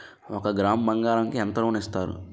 ఒక గ్రాము బంగారం కి ఎంత లోన్ ఇస్తారు?